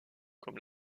comme